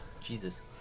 Jesus